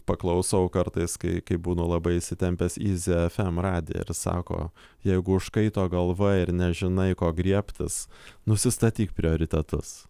paklausau kartais kai kai būnu labai įsitempęs yzi fm radiją ir sako jeigu užkaito galva ir nežinai ko griebtis nusistatyk prioritetus